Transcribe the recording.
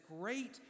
great